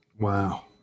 wow